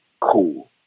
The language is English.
cool